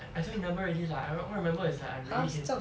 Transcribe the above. I don't remember already lah I remember all I remember is I really hate